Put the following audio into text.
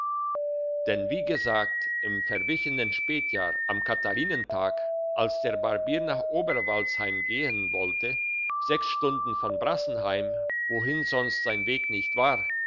denn wie gesagt im verwichenen spätjahr am katharinentag als der barbier nach oberwaldsheim gehen wollte sechs stunden von brassenheim wohin sonst sein weg nicht war